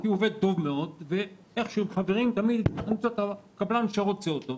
כי הוא עובד טוב מאוד ואיכשהו תמיד מצא את הקבלן שרוצה אותו.